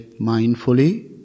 mindfully